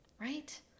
right